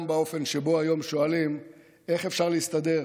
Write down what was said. גם באופן שבו היום שואלים איך אפשר להסתדר,